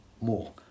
more